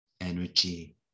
energy